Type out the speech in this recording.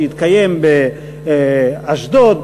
שהתקיים באשדוד,